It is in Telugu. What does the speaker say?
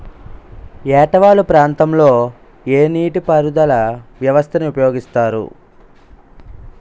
ఏట వాలు ప్రాంతం లొ ఏ నీటిపారుదల వ్యవస్థ ని ఉపయోగిస్తారు?